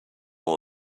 all